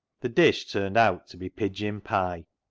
the dish turned out to be pigeon-pie,